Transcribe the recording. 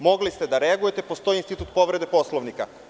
Mogli ste da reagujete, postoji institut povrede Poslovnika.